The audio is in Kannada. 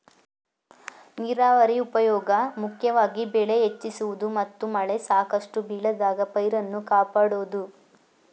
ನೀರಾವರಿ ಉಪ್ಯೋಗ ಮುಖ್ಯವಾಗಿ ಬೆಳೆ ಹೆಚ್ಚಿಸುವುದು ಮತ್ತು ಮಳೆ ಸಾಕಷ್ಟು ಬೀಳದಾಗ ಪೈರನ್ನು ಕಾಪಾಡೋದು